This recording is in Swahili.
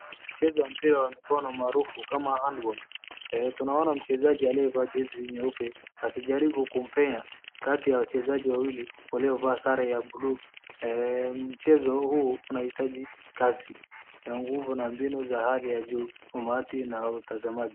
Mchezo wa mpira maarufu kama handball .Tunaona mchezaji aliyevaa jezi nyeupe akijaribu kumpea kati ya wachezaji wawili walio vaa sare ya buluu. Mchezo huu unahitaji kazi ya nguvu na mbinu za hali ya juu umati na utazamaji.